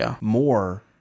more